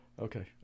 okay